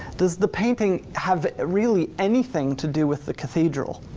does the painting have really anything to do with the cathedral?